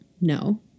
No